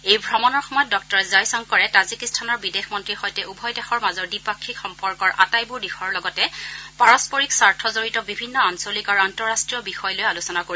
এই ভ্ৰমণৰ সময়ত ডঃ জয়শংকৰে তাজিকিস্তানৰ বিদেশ মন্ত্ৰীৰ সৈতে উভয় দেশৰ মাজৰ দ্বিপাক্ষিক সম্পৰ্কৰ আটাইবোৰ দিশৰ লগতে পাৰস্পৰিক স্বাৰ্থজড়িত বিভিন্ন আঞ্চলিক আৰু আন্তঃৰাষ্ট্ৰীয় বিষয় লৈ আলোচনা কৰিব